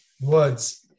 words